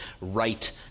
right